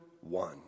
one